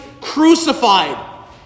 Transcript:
crucified